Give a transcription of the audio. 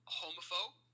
homophobe